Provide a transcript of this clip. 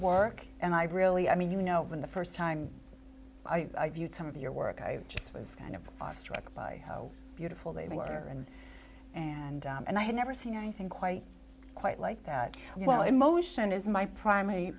work and i really i mean you know when the first time i viewed some of your work i just was kind of awestruck by oh beautiful they were and and and i had never seen anything quite quite like that well in motion is my primary